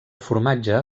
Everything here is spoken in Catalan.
formatge